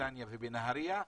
ובנתניה ובנהריה,